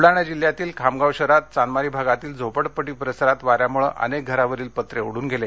बुलडाणा जिल्हयातील खामगाव शहरात चांदमारी भागातील झोपडपट्टी परिसरात वाऱ्यामुळे अनेक घरांवरील पत्रे उडून गेले